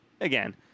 again